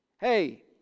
Hey